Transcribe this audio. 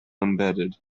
embedded